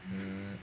mm